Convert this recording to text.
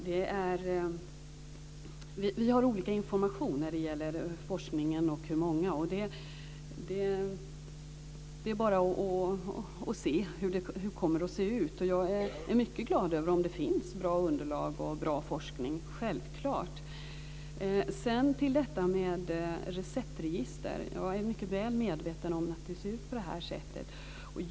Fru talman! Vi har olika information när det gäller forskningen och hur många undersökningar som har gjorts. Det är bara att avvakta hur det kommer att se ut. Jag är självklart mycket glad över om det finns bra underlag och bra forskning. Till detta med receptregister. Jag är mycket väl medveten om att det ser ut på det här sättet.